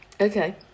Okay